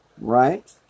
Right